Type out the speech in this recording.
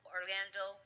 Orlando